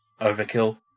Overkill